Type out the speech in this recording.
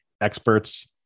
experts